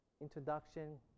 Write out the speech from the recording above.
introduction